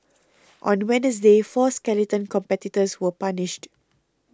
on Wednesday four skeleton competitors were punished